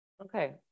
Okay